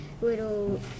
little